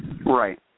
Right